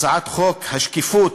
הצעת חוק השקיפות,